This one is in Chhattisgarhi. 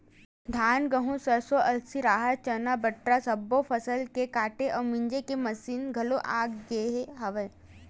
धान, गहूँ, सरसो, अलसी, राहर, चना, बटरा सब्बो फसल के काटे अउ मिजे के मसीन घलोक आ गे हवय